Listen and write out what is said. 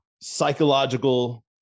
psychological